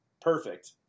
perfect